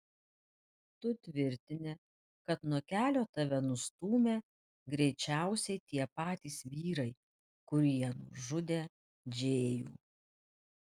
tu tvirtini kad nuo kelio tave nustūmė greičiausiai tie patys vyrai kurie nužudė džėjų